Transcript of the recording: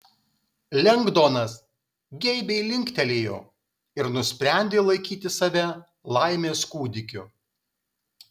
lengdonas geibiai linktelėjo ir nusprendė laikyti save laimės kūdikiu